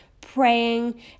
praying